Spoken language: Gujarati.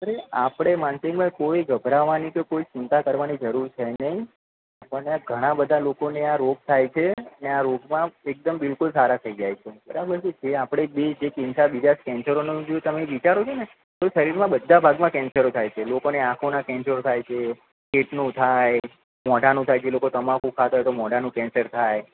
અરે આપણે માનસિંગભાઈ કોઈ ગભરાવાની કે કોઈ ચિંતા કરવાની જરૂર છે નહીં આપણને ઘણા બધા લોકોને આ રોગ થાય છે ને આ રોગમાં એકદમ બિલકુલ સારા થઇ જાય છે બરાબર છે જે આપણે જે બી ચિંતા બીજા કેન્સરોનું તમે વિચારો છો ને તો શરીરમાં બધા ભાગમાં કેન્સરો થાય છે લોકોને આંખોનાં કેન્સરો થાય છે પેટનું થાય મોઢાનું થાય જે લોકો તમાકું ખાતા હોય તો મોઢાનું કેન્સર થાય